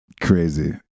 crazy